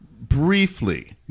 Briefly